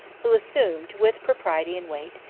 who assumed, with propriety and weight,